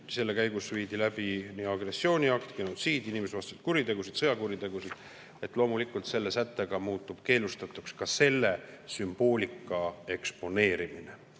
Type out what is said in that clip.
käigus viidi läbi nii agressiooniakte, genotsiidi kui ka inimsusevastaseid kuritegusid ja sõjakuritegusid. Loomulikult selle sättega muutub keelustatuks ka selle sümboolika eksponeerimine